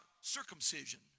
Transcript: circumcision